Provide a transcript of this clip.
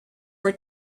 were